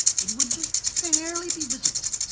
it would just barely be visible.